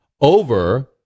Over